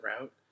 route